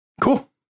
Cool